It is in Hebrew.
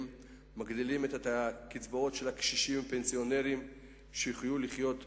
ומגדילים את הקצבאות של הקשישים והפנסיונרים כדי שיוכלו לחיות בכבוד.